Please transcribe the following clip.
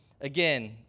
Again